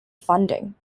funding